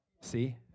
See